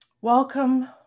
Welcome